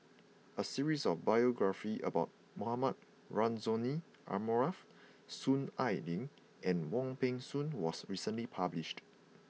a series of biographies about Mohamed Rozani Maarof Soon Ai Ling and Wong Peng Soon was recently published